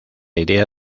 idea